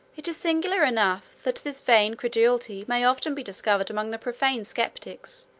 it is singular enough, that this vain credulity may often be discovered among the profane sceptics,